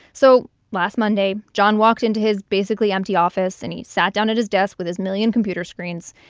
so last monday, john walked into his basically empty office. and he sat down at his desk with his million computer screens.